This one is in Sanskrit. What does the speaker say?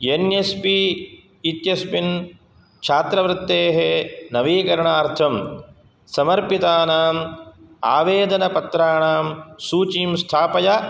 एन् एस् पि इत्यस्मिन् छात्रवृत्तेः नवीकरणार्थं समर्पितानाम् आवेदनपत्राणां सूचीं स्थापय